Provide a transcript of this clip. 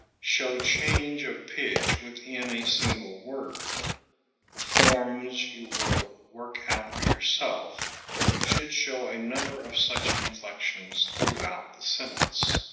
show change of pitch within a single word the forms you will work out for yourself should show a number of such inflections throughout the sentence.